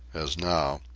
as now,